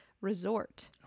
Resort